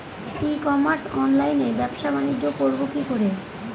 ই commerce অনলাইনে ব্যবসা বানিজ্য করব কি করে?